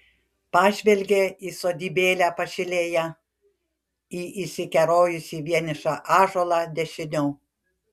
pažvelgė į sodybėlę pašilėje į išsikerojusį vienišą ąžuolą dešiniau